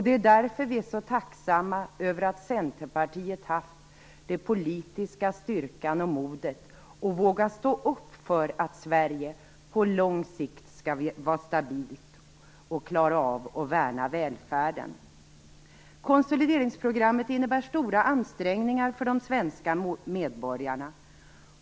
Det är därför vi är så tacksamma över att Centerpartiet haft den politiska styrkan och modet att våga stå upp för att Sverige på lång sikt skall vara stabilt och klara av att värna välfärden. Konsolideringsprogrammet innebär stora ansträngningar för de svenska medborgarna.